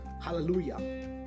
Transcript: Hallelujah